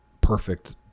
perfect